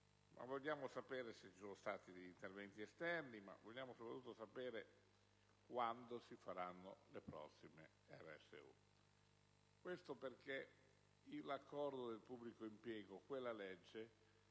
- ma anche se ci sono stati interventi esterni, e vogliamo soprattutto sapere quando si faranno le prossime elezioni. Questo, perché nell'accordo del pubblico impiego quella legge